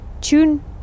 tune